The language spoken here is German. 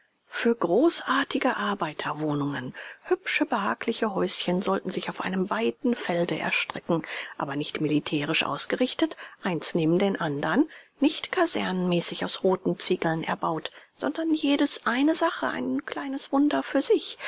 für großartige arbeiterwohnungen hübsche behagliche häuschen sollten sich auf einem weiten felde erstrecken aber nicht militärisch ausgerichtet eins neben dem andern nicht kasernenmäßig aus roten ziegeln erbaut sondern jedes eine sache ein kleines wunder für sich